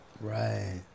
right